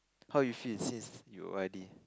how you feel since you o_r_d